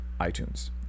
iTunes